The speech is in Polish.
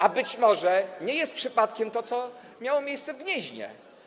A być może nie jest przypadkiem to, co miało miejsce w Gnieźnie.